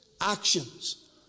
actions